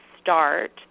start